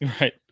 Right